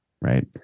Right